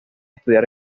estudiar